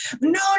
no